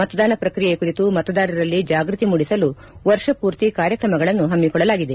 ಮತದಾನ ಪ್ರಕ್ರಿಯೆ ಕುರಿತು ಮತದಾರರಲ್ಲಿ ಜಾಗೃತಿ ಮೂಡಿಸಲು ವರ್ಷ ಪೂರ್ತಿ ಕಾರ್ಯಕ್ರಮಗಳನ್ನು ಹಮ್ಮಿಕೊಳ್ಳಲಾಗಿದೆ